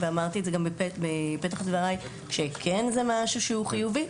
ואמרתי את זה גם בפתח דבריי שזה כן משהו חיובי,